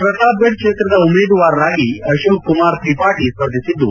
ಪ್ರತಾಪ್ಗಢ್ ಕ್ಷೇತ್ರದ ಉಮೇದುವಾರರಾಗಿ ಅಕೋಕ್ ಕುಮಾರ್ ತ್ರಿಪಾಟಿ ಸ್ವರ್ಧಿಸಿದ್ದು